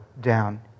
down